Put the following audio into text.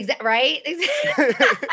Right